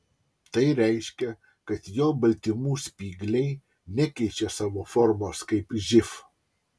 tai reiškia kad jo baltymų spygliai nekeičia savo formos kaip živ